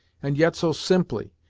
and yet so simply,